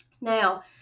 Now